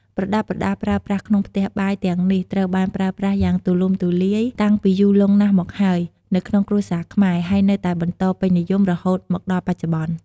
ប្រដាប់ប្រដាប្រើប្រាស់ក្នុងផ្ទះបាយទាំងនេះ ត្រូវបានប្រើប្រាស់យ៉ាងទូលំទូលាយតាំងពីយូរលង់ណាស់មកហើយនៅក្នុងគ្រួសារខ្មែរ ហើយនៅតែបន្តពេញនិយមរហូតមកដល់បច្ចុប្បន្ន។